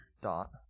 dot